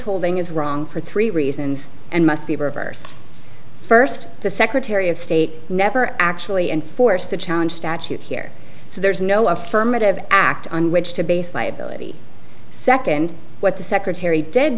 holding is wrong for three reasons and must be reversed first the secretary of state never actually enforce the challenge statute here so there is no affirmative act on which to base liability second what the secretary dead